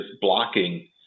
blocking